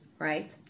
right